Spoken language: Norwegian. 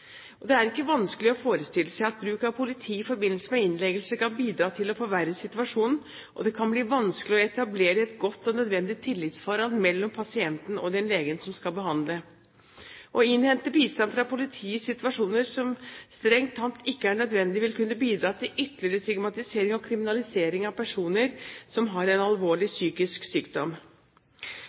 Det er ikke vanskelig å forestille seg at bruk av politi i forbindelse med innleggelse kan bidra til å forverre situasjonen, og det kan bli vanskelig å etablere et godt og nødvendig tillitsforhold mellom pasienten og den legen som skal behandle. Å innhente bistand fra politiet i situasjoner der det strengt tatt ikke er nødvendig, vil kunne bidra til ytterligere stigmatisering og kriminalisering av personer som har en alvorlig psykisk sykdom.